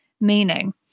meaning